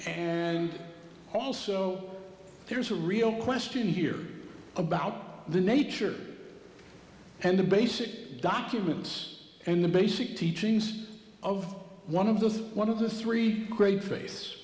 and also there's a real question here about the nature and the basic documents and the basic teachings of one of those one of the three great face